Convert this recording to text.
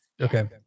Okay